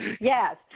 Yes